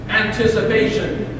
anticipation